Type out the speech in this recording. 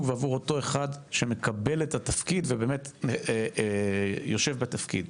ועבור אותו אחד שמקבל את התפקיד ובאמת יושב בתפקיד.